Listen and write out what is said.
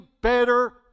better